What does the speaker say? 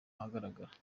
ahagaragara